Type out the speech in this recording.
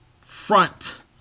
front